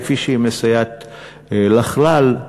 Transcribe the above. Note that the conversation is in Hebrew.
כפי שהיא מסייעת לכלל.